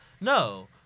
No